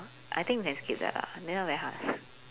I think you can skip lah this one very hard